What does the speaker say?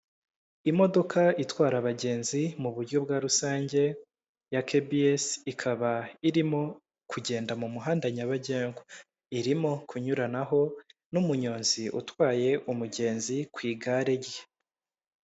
Imodoka itwara abagenzi mu buryo bwa rusange ya KBS ikaba irimo kugenda mu muhanda nyabagendwa, irimo kunyuranaho n'umunyonzi utwaye umugenzi ku igare rye.